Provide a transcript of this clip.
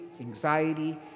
anxiety